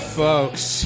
folks